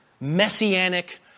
messianic